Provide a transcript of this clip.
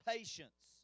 Patience